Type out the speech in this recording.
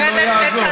זה לא יעזור.